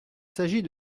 s’agit